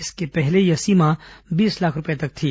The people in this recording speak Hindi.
इसके पहले यह सीमा बीस लाख रुपए तक थी